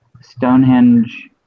Stonehenge